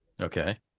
Okay